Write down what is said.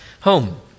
home